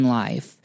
life